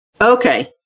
Okay